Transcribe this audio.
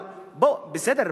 בסדר,